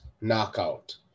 knockout